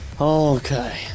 Okay